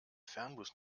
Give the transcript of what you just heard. fernbus